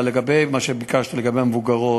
אבל לגבי מה שביקשת, לגבי המבוגרות,